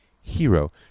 hero